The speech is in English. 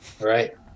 right